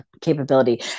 capability